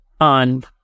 on